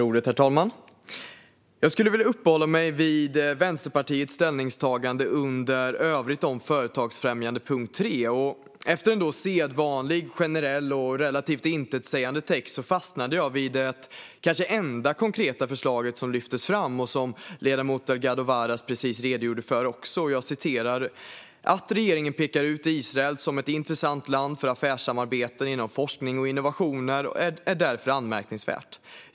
Herr talman! Jag skulle vilja uppehålla mig vid Vänsterpartiets ställningstagande under Övrigt om företagsfrämjande, punkt 3. Efter en sedvanlig generell och relativt intetsägande text fastnade jag vid det kanske enda konkreta förslag som lyfts fram och som ledamoten Delgado Varas precis redogjorde för: "Att regeringen pekar ut Israel som ett intressant land för affärssamarbeten inom forskning och innovationer är därför anmärkningsvärt.